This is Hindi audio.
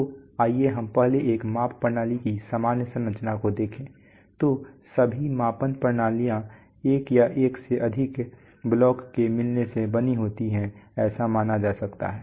तो आइए हम पहले एक माप प्रणाली की सामान्य संरचना को देखें तो सभी मापन प्रणालिय एक या एक से अधिक ब्लॉकों के मिलने से बनी होती है ऐसा माना जा सकता है